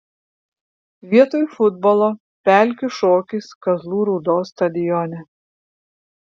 vietoj futbolo pelkių šokis kazlų rūdos stadione